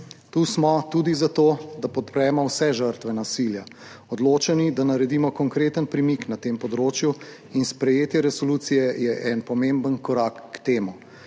Tu smo tudi zato, da podpremo vse žrtve nasilja, odločeni, da naredimo konkreten premik na tem področju in sprejetje resolucije je en pomemben korak k temu.